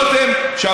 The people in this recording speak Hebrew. את הכתובת.